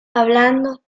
hablando